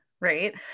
right